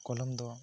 ᱠᱚᱞᱚᱢ ᱫᱚ